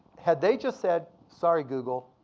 had they just said, sorry, google,